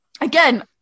Again